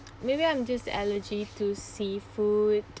maybe I'm just allergy to seafood